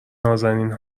نــازنین